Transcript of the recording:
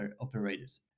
operators